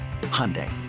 Hyundai